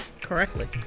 Correctly